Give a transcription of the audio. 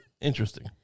Interesting